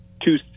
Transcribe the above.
two